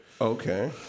okay